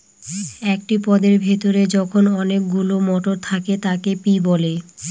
একটি পদের ভেতরে যখন অনেকগুলো মটর থাকে তাকে পি বলে